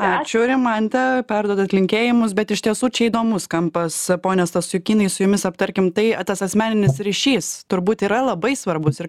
ačiū rimante perduodat linkėjimus bet iš tiesų čia įdomus kampas pone stasiukynai su jumis aptarkim tai tas asmeninis ryšys turbūt yra labai svarbus ir